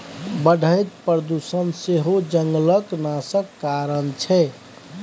बढ़ैत प्रदुषण सेहो जंगलक नाशक कारण छै